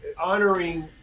Honoring